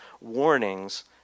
warnings